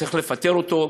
צריך לפטר אותו.